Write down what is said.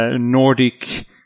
Nordic